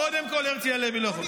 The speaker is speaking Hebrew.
קודם כול, הרצי הלוי לא יכול.